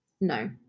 No